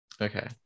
Okay